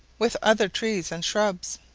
with other trees and shrubs.